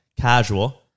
casual